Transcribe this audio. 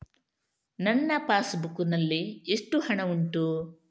ನನ್ನ passbook ನಲ್ಲಿ ಎಷ್ಟು ಹಣ ಉಂಟು?